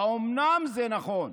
אומנם זה נכון,